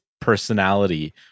personality